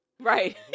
Right